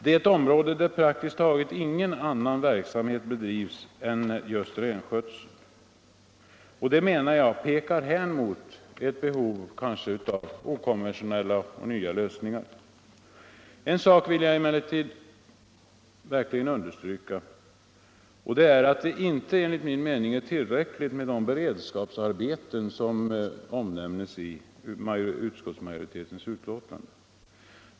Det är ett område där praktiskt taget ingen annan verksamhet bedrivs än just renskötsel. Jag menar att det pekar hän mot ett behov av okonventionella och nya lösningar. En sak vill jag emellertid verkligen understryka, och det är att det enligt min mening inte är tillräckligt med de beredskapsarbeten som omnämns i utskottsmajoritetens skrivning.